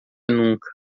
nunca